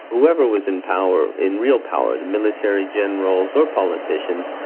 whoever was in power, in real power, the military generals or politicians,